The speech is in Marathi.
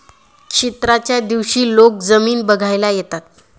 क्षेत्राच्या दिवशी लोक जमीन बघायला येतात